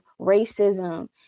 racism